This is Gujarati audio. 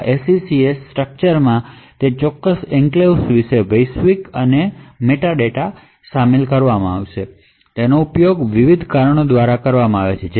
આ SECS સ્ટ્રક્ચરમાં તે ચોક્કસ એન્ક્લેવ્સ વિશે ગ્લોબલ અને મેટા ડેટા શામેલ છે તેનો ઉપયોગ વિવિધ કારણો માટે કરવામાં આવે છે